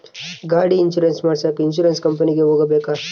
ಗಾಡಿ ಇನ್ಸುರೆನ್ಸ್ ಮಾಡಸಾಕ ಇನ್ಸುರೆನ್ಸ್ ಕಂಪನಿಗೆ ಹೋಗಬೇಕಾ?